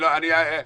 אדוני היושב ראש,